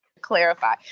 clarify